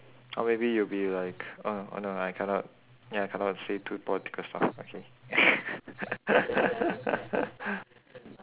or maybe you'll be like oh oh no I cannot ya cannot say too political stuff okay